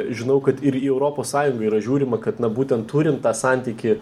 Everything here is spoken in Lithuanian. žinau kad ir į europos sąjungą yra žiūrima kad na būtent turinint tą santykį